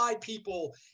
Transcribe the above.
people